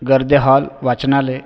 गर्दे हॉल वाचनालय